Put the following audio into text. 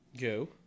Go